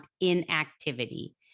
inactivity